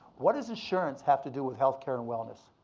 what does insurance have to do with healthcare and wellness?